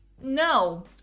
No